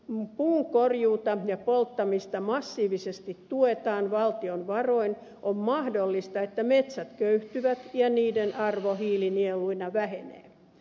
kun puun korjuuta ja polttamista massiivisesti tuetaan valtion varoin on mahdollista että metsät köyhtyvät ja niiden arvo hiilinieluina vähenee